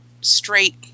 straight